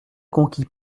conquis